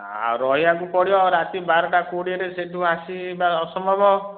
ଆଉ ରହିବାକୁ ପଡ଼ିବ ଆଉ ରାତି ବାରଟା କୋଡ଼ିଏରେ ସେହିଠୁ ଆସିବା ଅସମ୍ଭବ